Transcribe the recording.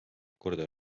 korda